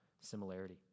similarity